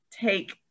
take